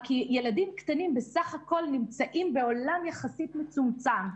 כי ילדים קטנים בסך הכל נמצאים בסך הכל בעולם יחסית מצומצם.